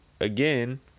again